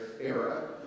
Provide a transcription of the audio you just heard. era